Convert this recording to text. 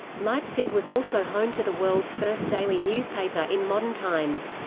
leipzig was also home to the world's first daily newspaper in modern times.